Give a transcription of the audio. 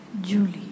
Julie